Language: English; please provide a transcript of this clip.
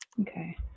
Okay